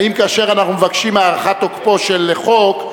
האם כאשר אנחנו מבקשים הארכת תוקפו של חוק,